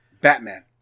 Batman